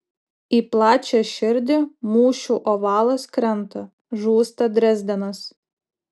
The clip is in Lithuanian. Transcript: į plačią širdį mūšių ovalas krenta žūsta drezdenas